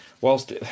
whilst